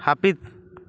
ᱦᱟᱹᱯᱤᱫ